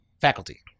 faculty